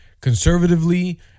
conservatively